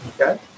Okay